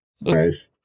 nice